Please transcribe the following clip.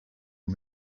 and